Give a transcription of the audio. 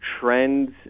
trends